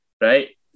right